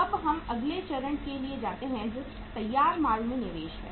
अब हम अगले चरण के लिए जाते हैं जो तैयार माल में निवेश है